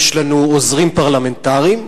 יש לנו עוזרים פרלמנטריים.